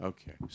Okay